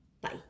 Bye